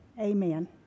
Amen